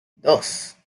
dos